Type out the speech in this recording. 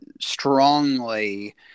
strongly